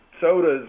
sodas